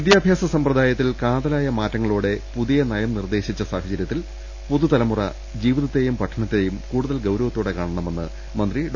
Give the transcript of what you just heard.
വിദ്യാഭ്യാസ സമ്പ്രദായത്തിൽ കാതലായ മാറ്റങ്ങളോടെ പുതിയ നയം നിർദേശിച്ച സാഹചരൃത്തിൽ പുതുതല മുറ ജീവിതത്തെയും പഠനത്തെയും കൂടുതൽ ഗൌരവ ത്തോടെ കാണണമെന്ന് മന്ത്രി ഡോ